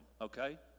Okay